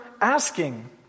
asking